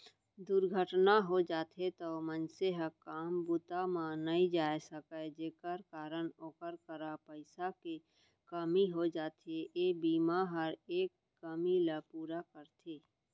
दुरघटना हो जाथे तौ मनसे ह काम बूता म नइ जाय सकय जेकर कारन ओकर करा पइसा के कमी हो जाथे, ए बीमा हर ए कमी ल पूरा करथे